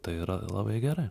tai yra labai gerai